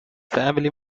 family